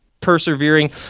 persevering